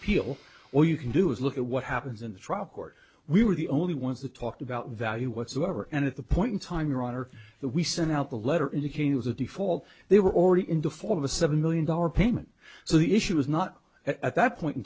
or you can do is look at what happens in the trial court we were the only ones that talked about value whatsoever and at the point in time your honor we sent out a letter indicating as a default they were already in the form of a seven million dollar payment so the issue was not at that point in